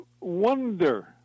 wonder